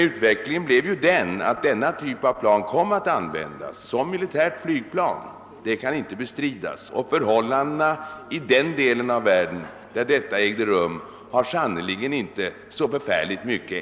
Utvecklingen blev emellertid den att ifrågavarande typ av flygplan kom att användas som militärt flygplan. Detta faktum kan inte förnekas. Förhållandena i den del av världen som det gällde har dessutom sannerligen inte förbättrats särskilt mycket.